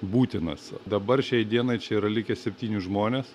būtinas dabar šiai dienai čia yra likę septyni žmonės